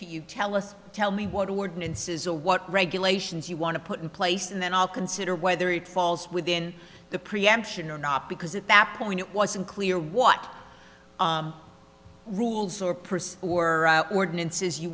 to you tell us tell me what ordinances a what regulations you want to put in place and then i'll consider whether it falls within the preemption or not because at that point it was unclear what rules or person or ordinances you